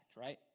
right